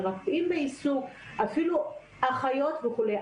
מרפאים בעיסוק ואפילו אחיות וכולי,